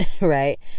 right